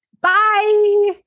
bye